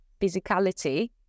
physicality